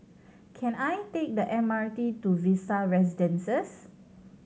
can I take the M R T to Vista Residences